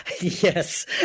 Yes